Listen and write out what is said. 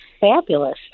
fabulous